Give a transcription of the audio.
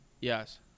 yes